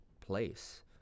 place